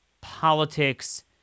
politics